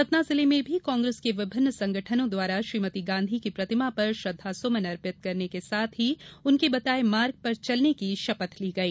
सतना जिले में भी कांग्रेस के विभिन्न संगठनों द्वारा श्रीमती गांधी की प्रतिमा पर श्रद्धासुमन अर्पित करने के साथ ही उनके बताये मार्ग पर चलने की शपथ ली गई